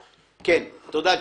תודה.